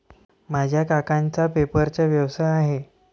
माझ्या काकांचा पेपरचा व्यवसाय आहे